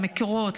למקורות,